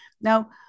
Now